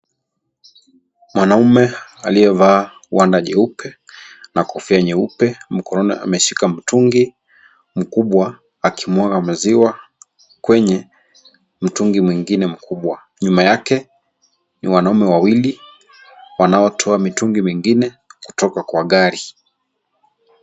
Mwanaume aliyevaa gwanda jeupe na kofia nyeupe. Mkononi ameshika mtungi mkubwa akimwaga maziwa kwenye mtungi mwingine mkubwa. Nyuma yake, ni wanaume wawili wanatoa mitungi mingine kutoka kwa gari.